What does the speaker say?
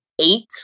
eight